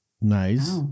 nice